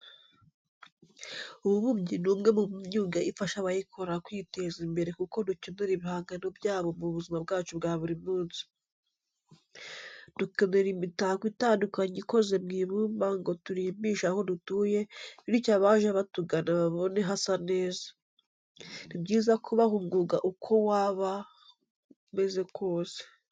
Ububumbyi ni umwe mu myuga ifasha abayikora kwiteza imbere kuko dukenera ibihangano byabo mu buzima bwacu bwa buri munsi. Dukenera imitako itandukanye ikoze mu ibumba ngo turimbishe aho dutuye bityo abaje batugana babone hasa neza. Ni byiza kubaha umwuga uko waba umeze kose.